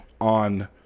on